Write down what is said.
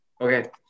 Okay